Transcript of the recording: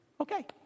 Okay